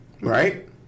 right